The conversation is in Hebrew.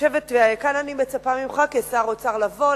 וכאן אני מצפה ממך כשר האוצר לבוא,